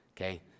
Okay